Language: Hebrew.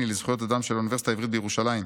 לזכויות אדם של האוניברסיטה העברית בירושלים.